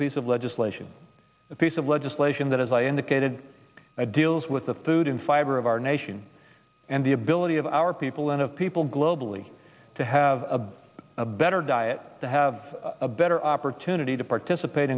piece of legislation a piece of legislation that as i indicated i deals with the food and fiber of our nation and the ability of our people and of people globally to have a better diet to have a better opportunity to participate